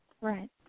Right